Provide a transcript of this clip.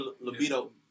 libido